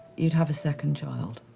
you'd have a second child.